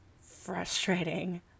frustrating